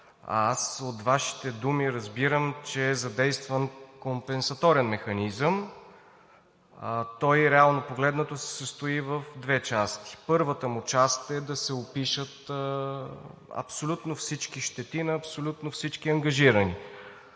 От Вашите думи разбирам, че е задействан компенсаторен механизъм и реално погледнато той се състои от две части. Първата му част е да се опишат абсолютно всички щети на абсолютно всички ангажирани